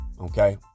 okay